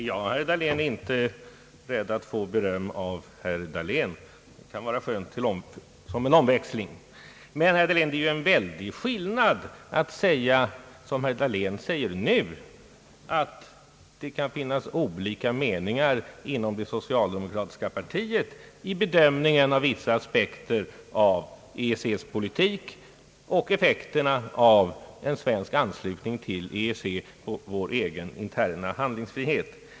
Herr talman! Jag är inte rädd för att få beröm av herr Dahlén. Det kan vara skönt som en omväxling. Men det är en väldig skillnad att säga som herr Dahlén säger nu, nämligen att det kan finnas olika meningar inom det socialdemokratiska partiet vid bedömningen av vissa aspekter på EEC:s politik och effekterna av en svensk anslutning till EEC och vår egen interna handlingsfrihet.